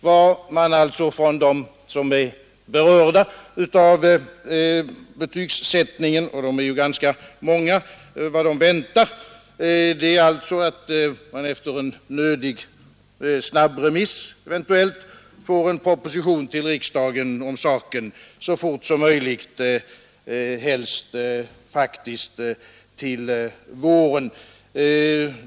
Vad de som är berörda av betygsättningen — och de är ju ganska många - väntar är alltså att man, eventuellt efter en nödig snabbremiss, får en proposition till riksdagen om saken så fort som möjligt, helst faktiskt till våren.